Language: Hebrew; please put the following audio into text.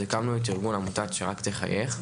הקמנו את עמותת "שרק תחייך",